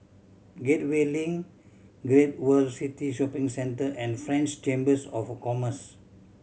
Gateway Link Great World City Shopping Centre and French Chambers of Commerce